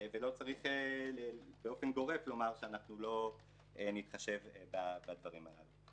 ולא צריך באופן גורף לומר שאנחנו לא נתחשב בדברים הללו.